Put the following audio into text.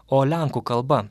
o lenkų kalba